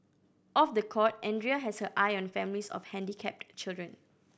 off the court Andrea has her eye on families of handicapped children